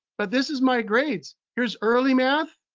but this is my grades. here's early math,